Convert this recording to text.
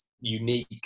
Unique